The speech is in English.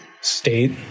state